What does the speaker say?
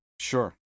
Sure